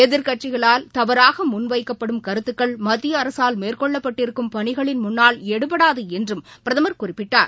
எதிர்க்கட்சிகளால் தவறாகமுன் வைக்கப்படும் கருத்துக்கள் மத்தியஅரசால் மேற்கொள்ளப்பட்டிருக்கும் பணிகளின் முன்னால் எடுபடாதுஎன்றும் பிரதமர் குறிப்பிட்டார்